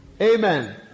Amen